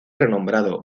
renombrado